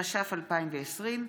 התש"ף 2020,